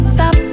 Stop